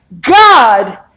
God